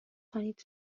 کنید